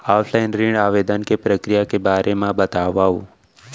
Offline ऋण आवेदन के प्रक्रिया के बारे म बतावव?